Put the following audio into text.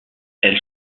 elle